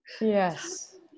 Yes